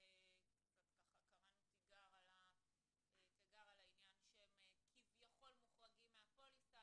קצת קראנו תיגר על העניין שהם כביכול מוחרגים מהפוליסה,